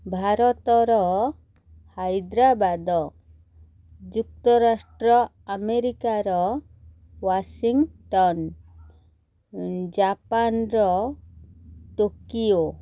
ଭାରତର ହାଇଦ୍ରାବାଦ ଯୁକ୍ତରାଷ୍ଟ୍ର ଆମେରିକାର ୱାସିଂଟନ୍ ଜାପାନ୍ର ଟୋକିଓ